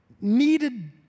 needed